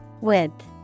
Width